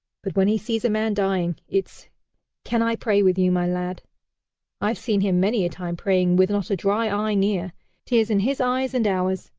but when he sees a man dying, it's can i pray with you, my lad i've seen him many a time praying, with not a dry eye near tears in his eyes and ours.